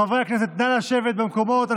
חברי הכנסת, נא לשבת במקומות.